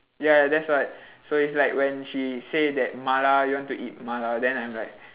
ya that's why so it's like when she say that mala you want to eat mala then I'm like